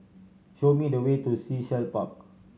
show me the way to Sea Shell Park